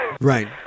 right